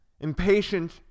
Impatient